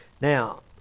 Now